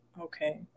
Okay